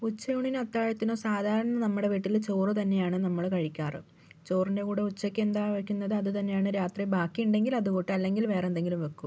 ഉച്ചയൂണിനും അത്താഴത്തിനും സാധാരണ നമ്മുടെ വീട്ടില് ചോറു തന്നെയാണ് നമ്മള് കഴിക്കാറ് ചോറിൻ്റെ കൂടെ ഉച്ചക്കെന്താ വെക്കുന്നത് അതുതന്നെയാണ് ബാക്കിയുണ്ടെങ്കിൽ അത് കൂട്ടും അല്ലെങ്കിൽ വേറെ എന്തെകിലും വയ്ക്കും